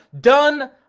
done